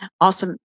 Awesome